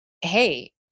hey